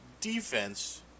defense